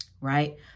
right